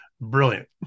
Brilliant